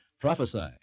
prophesy